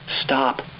stop